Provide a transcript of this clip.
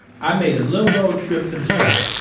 i made a little road trip to the shop.